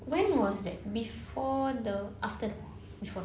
when was that before the after war